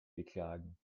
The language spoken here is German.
beklagen